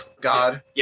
God